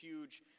huge